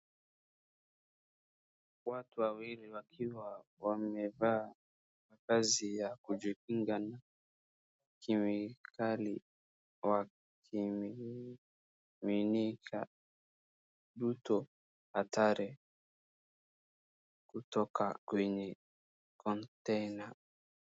Watu wawili wakiwa wamevaa mavazi ya kujikinga na kemikali wakimimika duto hatari kutoka kwenye container .